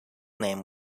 name